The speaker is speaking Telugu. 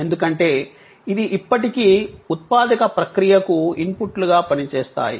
ఎందుకంటే ఇది ఇప్పటికీ ఉత్పాదక ప్రక్రియకు ఇన్పుట్లుగా పనిచేస్తాయి